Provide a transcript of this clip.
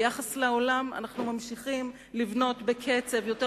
ביחס לעולם אנחנו ממשיכים לבנות בקצב מהיר